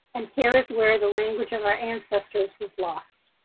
and here is where the language of our ancestors was lost.